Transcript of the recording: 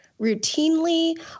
routinely